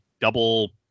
double